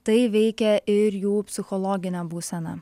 tai veikia ir jų psichologinę būseną